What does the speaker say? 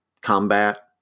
combat